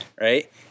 right